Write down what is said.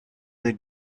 they